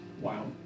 Wow